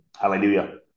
Hallelujah